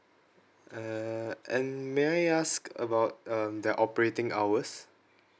eh and may I ask about um their operating hours